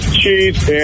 cheese